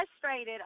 frustrated